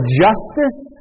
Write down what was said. justice